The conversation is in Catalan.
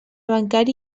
bancari